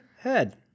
Head